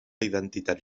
identitat